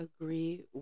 agree